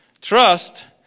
trust